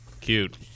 cute